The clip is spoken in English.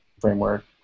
framework